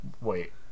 wait